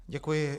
Děkuji.